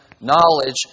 knowledge